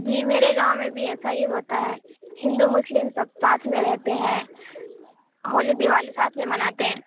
جی میرے گاؤں میں بھی ایسا ہی ہوتا ہے ہندو مسلم سب ساتھ میں رہتے ہیں ہولی دیوالی ساتھ میں مناتے ہیں